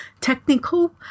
technical